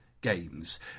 games